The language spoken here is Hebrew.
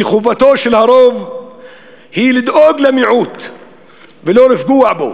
כי חובתו של הרוב היא לדאוג למיעוט ולא לפגוע בו,